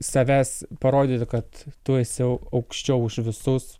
savęs parodyti kad tu esi aukščiau už visus